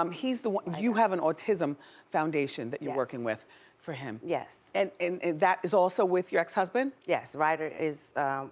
um he's the one, you have an autism foundation that you're working with for him. yes. and and that is also with your ex-husband? yes, ryder is